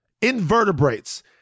Invertebrates